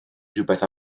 rhywbeth